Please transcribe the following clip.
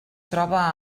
troba